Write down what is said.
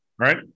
Right